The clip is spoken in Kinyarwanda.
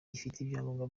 ibyangombwa